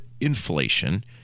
inflation